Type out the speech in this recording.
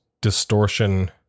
distortion